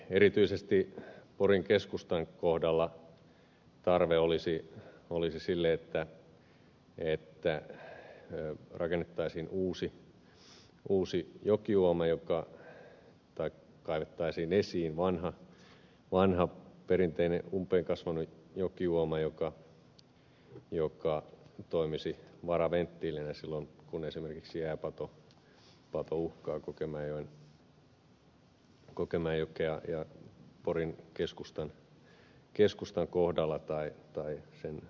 erityisesti porin keskustan kohdalla tarve olisi sille että rakennettaisiin uusi jokiuoma tai kaivettaisiin esiin vanha perinteinen umpeenkasvanut jokiuoma joka toimisi varaventtiilinä silloin kun esimerkiksi jääpato uhkaa kokemäenjokea porin keskustan kohdalla tai sen alapuolella